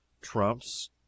trumps